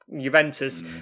Juventus